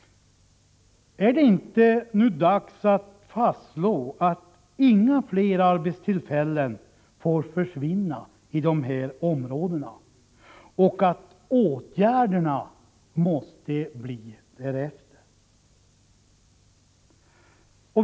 Är det inte nu dags att slå fast att inga fler arbetstillfällen får försvinna i de här områdena och att åtgärderna måste bli därefter?